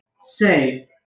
say